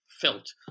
felt